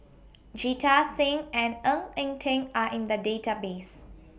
Jita Singh and Ng Eng Teng Are in The Database